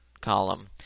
column